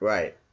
Right